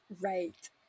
Right